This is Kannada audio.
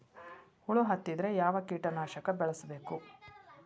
ಹುಳು ಹತ್ತಿದ್ರೆ ಯಾವ ಕೇಟನಾಶಕ ಬಳಸಬೇಕ?